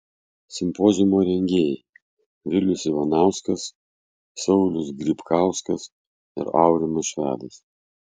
simpoziumo rengėjai vilius ivanauskas saulius grybkauskas ir aurimas švedas